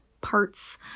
parts